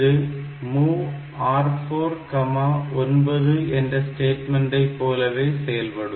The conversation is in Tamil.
இது MOV R49 என்ற ஸ்டேட்மன்ரை போலவே செயல்படும்